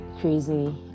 crazy